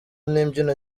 n’imbyino